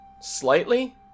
Slightly